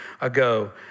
ago